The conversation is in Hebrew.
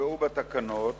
שנקבעו בתקנות